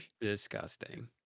Disgusting